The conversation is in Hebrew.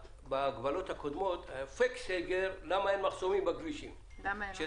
בהגבלות הקודמות כשהיה פייק סגר למה אין מחסומים בכבישים?